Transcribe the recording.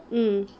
mm